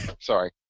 Sorry